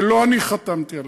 שלא אני חתמתי עליהם,